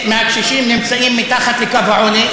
מהקשישים נמצאים מתחת לקו העוני.